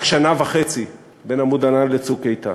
רק שנה וחצי בין "עמוד ענן" ל"צוק איתן".